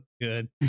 good